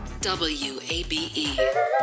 WABE